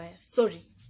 sorry